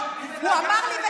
אפס מנדטים.